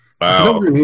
Wow